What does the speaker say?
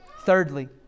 Thirdly